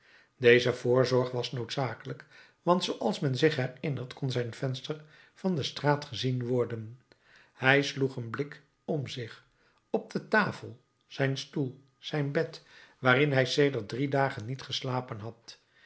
deze voorzorg was noodzakelijk want zooals men zich herinnert kon zijn venster van de straat gezien worden hij sloeg een blik om zich op de tafel zijn stoel zijn bed waarin hij sedert drie dagen niet geslapen had